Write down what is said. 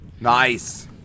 Nice